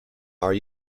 are